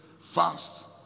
fast